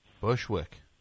Bushwick